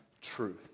truth